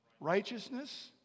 Righteousness